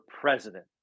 president